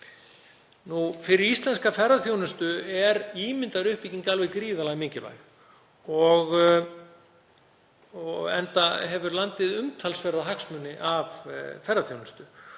Fyrir íslenska ferðaþjónustu er ímyndaruppbygging alveg gríðarlega mikilvæg enda hefur landið umtalsverða hagsmuni af ferðaþjónustu.